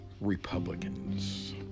Republicans